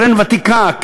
קרן ותיקה,